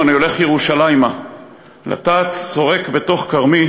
אני הולך ירושלימה לטעת שורק בתוך כרמי"